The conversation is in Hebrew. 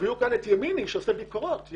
תביאו את ימיני שעושה ביקורות והוא